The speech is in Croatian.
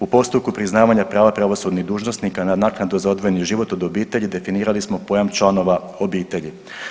U postupku priznavanja prava pravosudnih dužnosnika na naknadu za odvojeni život od obitelji definirali smo pojam članova obitelji.